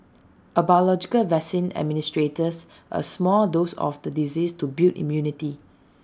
A biological vaccine administers A small dose of the disease to build immunity